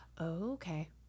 okay